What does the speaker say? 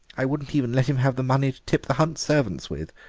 i wouldn't even let him have the money to tip the hunt servants with,